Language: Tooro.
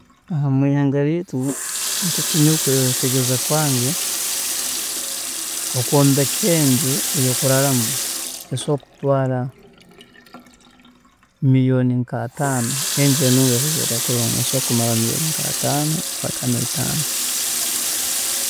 Mwihanga ryeitu nkoku nyowe mukwetegeereza kwange, okwombeka enju eyokuraaramu esobola kutwaara million nka ataano, enju enungi eyeekuzooka kulungi, esobola kumaraho million nka ataano, ataano neitaano.